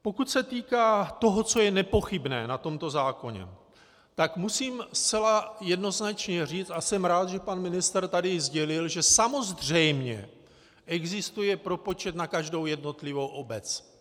Pokud se týká toho, co je nepochybné na tomto zákoně, tak musím zcela jednoznačně říct, a jsem rád, že pan ministr tady sdělil, že samozřejmě existuje propočet na každou jednotlivou obec.